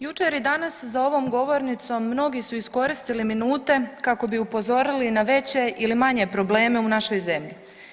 Jučer i danas za ovom govornicom mnogi su iskoristili minute kako bi upozorili na veće ili manje probleme u našoj zemlji.